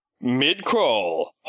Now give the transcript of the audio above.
Mid-crawl